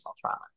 trauma